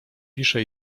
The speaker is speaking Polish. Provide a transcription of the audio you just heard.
pisze